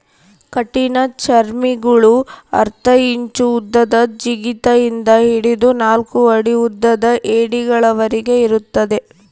ಕಠಿಣಚರ್ಮಿಗುಳು ಅರ್ಧ ಇಂಚು ಉದ್ದದ ಜಿಗಿತ ಇಂದ ಹಿಡಿದು ನಾಲ್ಕು ಅಡಿ ಉದ್ದದ ಏಡಿಗಳವರೆಗೆ ಇರುತ್ತವೆ